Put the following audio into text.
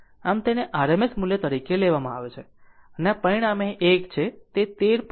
આમ તેને RMS મૂલ્ય તરીકે લેવામાં આવે છે અને આ પરિણામે એક છે તે 13